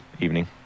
evening